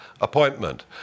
appointment